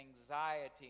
anxiety